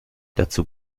dazu